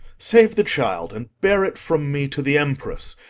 save the child, and bear it from me to the emperess.